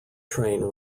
train